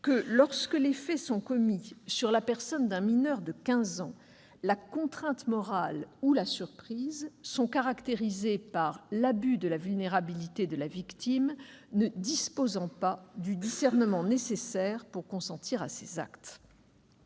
:« Lorsque les faits sont commis sur la personne d'un mineur de quinze ans, la contrainte morale [...] ou la surprise [...] sont caractérisées par l'abus de la vulnérabilité de la victime ne disposant pas du discernement nécessaire pour consentir à ces actes